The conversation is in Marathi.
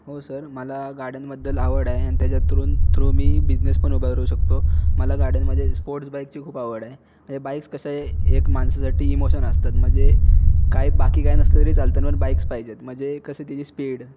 हो सर मला गाड्यांबद्दल आवड आहे आणि त्याच्यातृन थ्रू मी बिजनेस पण उभारू शकतो मला गाड्यांमध्ये स्पोर्ट्स बाईकची खूप आवड आहे हे बाईक्स कसे एक माणसासाठी इमोशन असतात म्हणजे काय बाकी काही नसलं तरी चालतं पण बाईक्स पाहिजेत म्हणजे कशी त्याची स्पीड